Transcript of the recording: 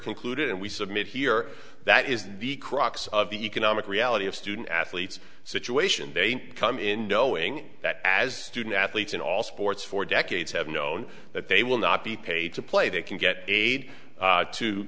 concluded and we submit here that is the crux of the economic reality of student athletes situation they come in knowing that as student athletes in all sports for decades have known that they will not be paid to play they can get aid to to